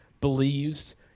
believes